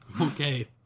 Okay